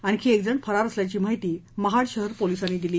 आणखी एक जण फरार असल्याची माहिती महाड शहर पोलिसांनी दिली